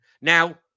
Now